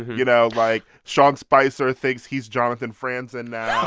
you know, like, sean spicer thinks he's jonathan franzen now